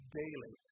daily